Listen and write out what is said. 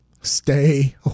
Stay